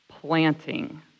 planting